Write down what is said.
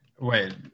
Wait